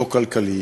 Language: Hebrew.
לא כלכלי,